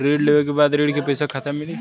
ऋण लेवे के बाद ऋण का पैसा खाता में मिली?